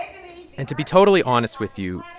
and to be totally honest with you,